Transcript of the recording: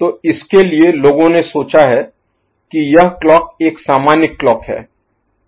तो इसके लिए लोगों ने सोचा है की यह क्लॉक एक सामान्य क्लॉक है